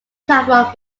platform